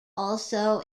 also